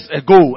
ago